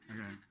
Okay